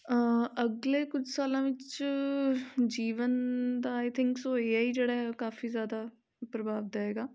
ਅਗਲੇ ਕੁਝ ਸਾਲਾਂ ਵਿੱਚ ਜੀਵਨ ਦਾ I think so A I ਜਿਹੜਾ ਹੈ ਕਾਫੀ ਜ਼ਿਆਦਾ ਪ੍ਰਭਾਵ ਦਾ ਹੈਗਾ